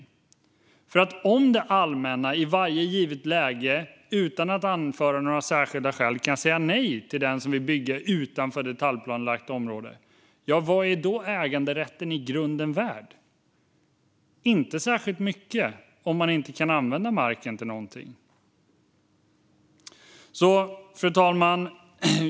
Vad är äganderätten värd om det allmänna i varje givet läge och utan att anföra några särskilda skäl kan säga nej till den som vill bygga utanför detaljplanelagt område? Om man inte kan använda marken till någonting är den inte värd särskilt mycket. Fru talman!